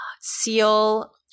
seal